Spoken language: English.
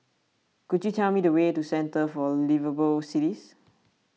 could you tell me the way to Centre for Liveable Cities